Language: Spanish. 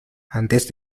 antes